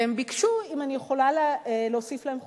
והם ביקשו, אם אני יכולה להוסיף להם חופשות.